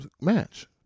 match